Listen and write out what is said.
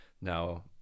now